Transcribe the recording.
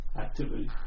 activity